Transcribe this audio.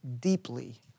deeply